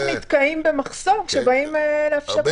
נתקעים במחסום כשבאים לאפשר שירותים בדרך מקוונת.